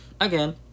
again